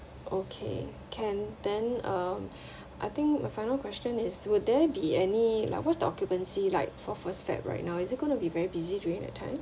okay can then uh I think my final question is would there be any like what's the occupancy like for first feb right now is it going to be very busy during that time